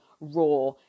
raw